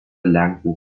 lenkų